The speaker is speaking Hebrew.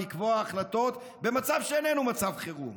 לקבוע החלטות במצב שאיננו מצב חירום.